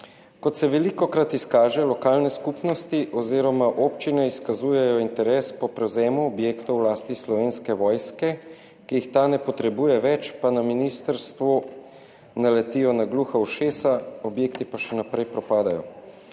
Kot se velikokrat izkaže, lokalne skupnosti oziroma občine izkazujejo interes po prevzemu objektov v lasti Slovenske vojske, ki jih ta ne potrebuje več, pa na ministrstvu naletijo na gluha ušesa, objekti pa še naprej propadajo.